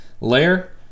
layer